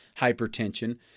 hypertension